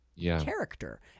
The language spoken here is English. character